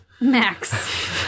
Max